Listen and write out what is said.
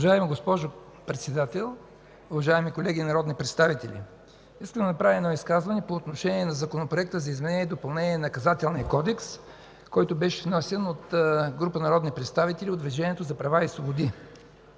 Уважаема госпожо Председател, уважаеми колеги народни представители! Ще направя изказване по отношение на Законопроекта за изменение и допълнение на Наказателния кодекс, който беше внесен от група народни представители от Движението за права и свободи.